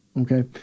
Okay